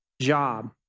job